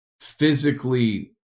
physically